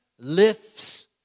lifts